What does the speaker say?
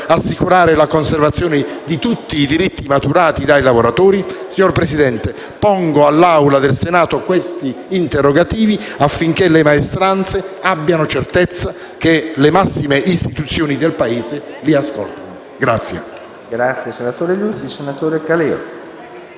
assicurare la conservazione di tutti i diritti maturati dai lavoratori? Signor Presidente, pongo all'Aula del Senato questi interrogativi affinché le maestranze abbiano certezza che le massime istituzioni del Paese li ascoltino.